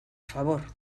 favor